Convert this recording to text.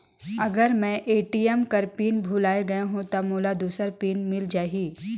अगर मैं ए.टी.एम कर पिन भुलाये गये हो ता मोला दूसर पिन मिल जाही?